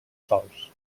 sòls